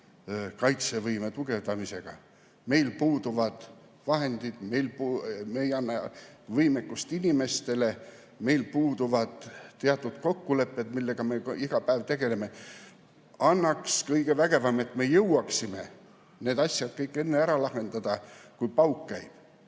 kaitsevõime tugevdamisega? Meil puuduvad vahendid, me ei anna võimekust inimestele, meil puuduvad teatud kokkulepped, millega me iga päev tegeleme. Annaks kõigevägevam, et me jõuaksime need asjad kõik enne ära lahendada, kui pauk käib.